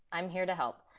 i'm here to help.